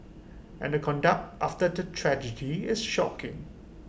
and the conduct after the tragedy is shocking